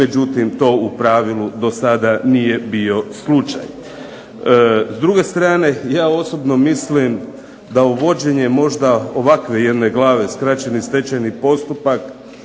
međutim to u pravilu do sada nije bio slučaj. S druge strane ja osobno mislim da uvođenje možda ovakve jedne glave, skraćeni stečajni postupak,